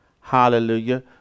Hallelujah